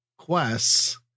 Quests